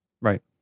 Right